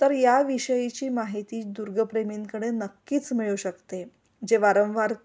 तर या विषयीची माहिती दुर्गप्रेमींकडे नक्कीच मिळू शकते जे वारंवार